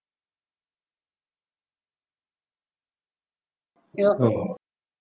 oh